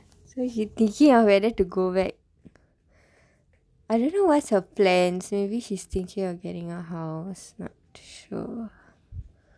so she thinking whether to go back I don't know what's her plans maybe she's thinking of getting a house not sure